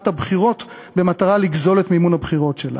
הבחירות במטרה לגזול את מימון הבחירות שלה.